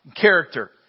Character